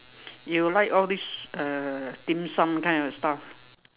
you like all these uh dim-sum kind of stuff